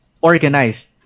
organized